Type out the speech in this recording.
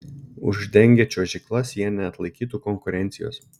uždengę čiuožyklas jie neatlaikytų konkurencijos